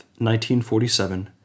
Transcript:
1947